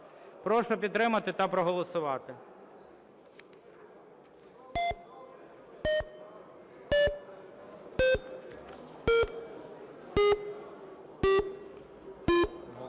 Прошу підтримати та проголосувати.